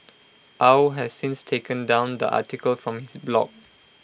Au has since taken down the article from his blog